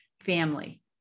family